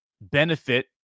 benefit